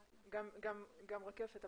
גם רקפת,